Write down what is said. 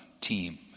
team